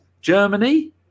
Germany